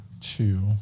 two